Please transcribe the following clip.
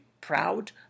proud